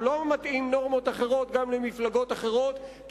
הוא לא מתאים נורמות אחרות גם למפלגות אחרות,